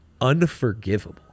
unforgivable